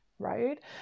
Right